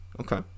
Okay